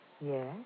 Yes